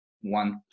one